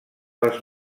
les